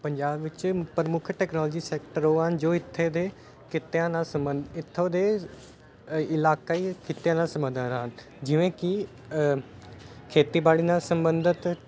ਪੰਜਾਬ ਵਿੱਚ ਪ੍ਰਮੁੱਖ technology sector ਉਹ ਹਨ ਜੋ ਇੱਥੇ ਦੇ ਕਿੱਤਿਆਂ ਨਾਲ ਸੰਬੰਧ ਇੱਥੋਂ ਦੇ ਇਲਾਕਾਈ ਕਿੱਤਿਆ ਨਾਲ ਸੰਬੰਧਿਤ ਹਨ ਜਿਵੇਂ ਕਿ ਖੇਤੀਬਾੜੀ ਨਾਲ ਸੰਬੰਧਿਤ